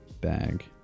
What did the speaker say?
bag